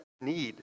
need